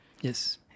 Yes